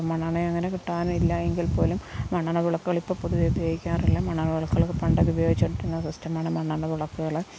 ഇപ്പോൾ മണ്ണെണ്ണ അങ്ങനെ കിട്ടാനില്ല എങ്കിൽ പോലും മണ്ണെണ്ണ വിളക്കുകൾ ഇപ്പോൾ പൊതുവേ ഉപയോഗിക്കാറില്ല മണ്ണെണ്ണ വിളക്കുകളൊക്കെ പണ്ടൊക്കെ ഉപയോഗിച്ച് കൊണ്ടിരുന്ന സിസ്റ്റം ആണ് മണ്ണെണ്ണ വിളക്കുകള്